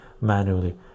manually